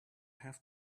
have